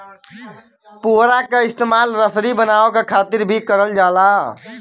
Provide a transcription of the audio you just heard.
पुवरा क इस्तेमाल रसरी बनावे क खातिर भी करल जाला